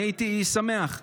אני הייתי שמח רק,